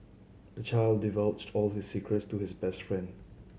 the child divulged all his secrets to his best friend